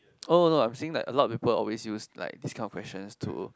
oh no no I'm saying like a lot of people always like this kind of questions to